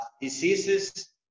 diseases